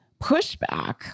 pushback